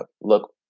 look